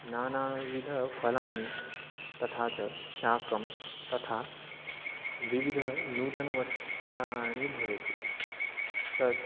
नानाविधफलानि तथा च शाकः तथा विविधनूतनवस्त्राणि भवति तद्